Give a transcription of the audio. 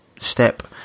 step